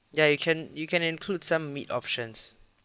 ya you can you can include some meat options